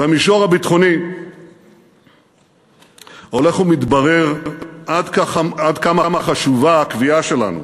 במישור הביטחוני הולך ומתברר עד כמה חשובה הקביעה שלנו,